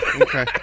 okay